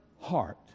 heart